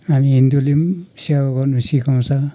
हामी हिन्दूले पनि सेवा गर्नु सिकाउँछ